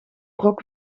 rock